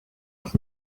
doch